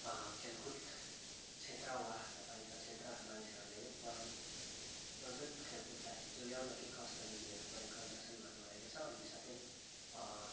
खेलकुद क्षेत्र वा तपाईँको क्षेत्र मानिसहरूले है परम्परागत खेलकुदलाई जोगाउन के कस्ता विधिहरू प्रयोग गर्दछन् भन्नुभएको छ अनि साथै